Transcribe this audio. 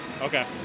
Okay